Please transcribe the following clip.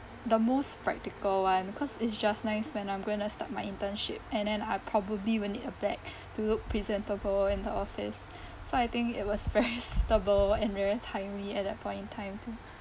the most practical one because it's just nice when I'm going to start my internship and then I probably will need a bag to look presentable in the office so I think it was very suitable and very timely at that point in time too